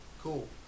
Cool